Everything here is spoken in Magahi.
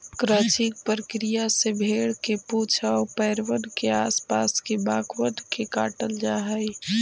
क्रचिंग प्रक्रिया से भेंड़ के पूछ आउ पैरबन के आस पास के बाकबन के काटल जा हई